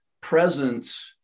presence